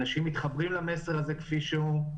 אנשים מתחברים למסר הזה כפי שהוא.